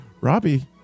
Robbie